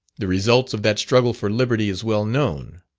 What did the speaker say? the result of that struggle for liberty is well known.